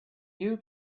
you